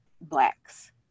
Blacks